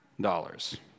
dollars